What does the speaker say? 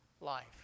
life